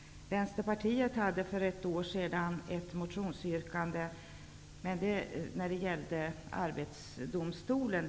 Vänsterpartiet hade för ett år sedan ett motionsyrkande när det gällde Arbetsdomstolen.